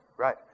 Right